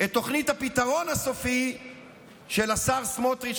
את תוכנית הפתרון הסופי של השר סמוטריץ',